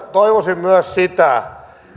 toivoisin myös sitä että